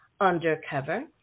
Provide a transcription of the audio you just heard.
Undercover